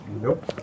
Nope